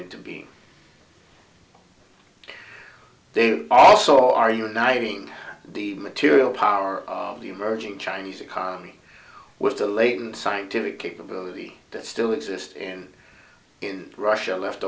into being they also are uniting the material power of the emerging chinese economy with the latent scientific capability that still exist in in russia left